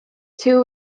two